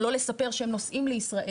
או לא לספר שהם נוסעים לישראל,